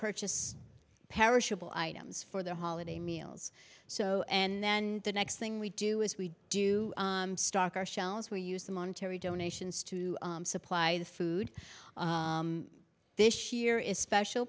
purchase perishable items for their holiday meals so and then the next thing we do is we do stock our shelves we use the monetary donations to supply the food this year is special